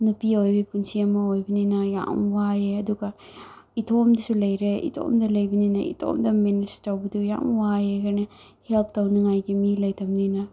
ꯅꯨꯄꯤ ꯑꯣꯏꯕꯤ ꯄꯨꯟꯁꯤ ꯑꯃ ꯑꯣꯏꯕꯅꯤꯅ ꯌꯥꯝ ꯋꯥꯏꯑꯦ ꯑꯗꯨꯒ ꯏꯇꯣꯝꯇꯁꯨ ꯂꯩꯔꯦ ꯏꯇꯣꯝꯇ ꯂꯩꯕꯅꯤꯅ ꯏꯇꯣꯝꯇ ꯃꯦꯅꯦꯁ ꯇꯧꯕꯗꯣ ꯌꯥꯝ ꯋꯥꯏꯑꯦ ꯍꯦꯜꯞ ꯇꯧꯅꯤꯡꯉꯥꯏꯒꯤ ꯃꯤ ꯂꯩꯇꯕꯅꯤꯅ